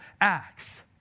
acts